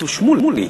כתוב שמולי.